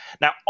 Now